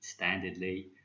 Standardly